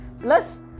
plus